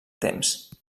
temps